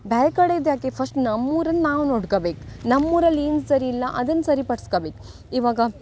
ಬೇರೆ ಕಡೆದು ಯಾಕೆ ಫಸ್ಟ್ ನಮ್ಮ ಊರಿಂದು ನಾವು ನೋಡ್ಕಬೇಕು ನಮ್ಮ ಊರಲ್ಲಿ ಏನು ಸರಿ ಇಲ್ಲ ಅದನ್ನು ಸರಿಪಡ್ಸ್ಕಬೇಕು ಇವಾಗ